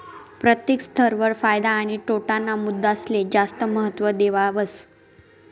प्रत्येक स्तर वर फायदा आणि तोटा ना मुद्दासले जास्त महत्व देवावस